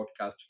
podcast